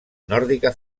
nòrdica